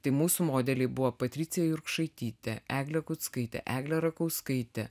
tai mūsų modeliai buvo patricija jurkšaitytė eglė kuckaitė eglė rakauskaitė